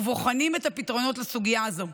ובוחנים את הפתרונות לסוגיה הזאת,